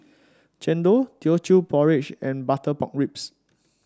chendol Teochew Porridge and Butter Pork Ribs